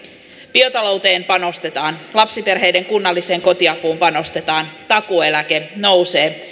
biotalouteen panostetaan lapsiperheiden kunnalliseen kotiapuun panostetaan takuueläke nousee